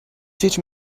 teach